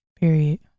period